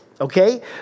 okay